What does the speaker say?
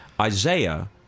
Isaiah